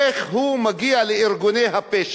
איך הוא מגיע לארגוני הפשע?